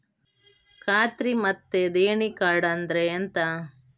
ಖಾತ್ರಿ ಮತ್ತೆ ದೇಣಿ ಕಾರ್ಡ್ ಅಂದ್ರೆ ಎಂತ?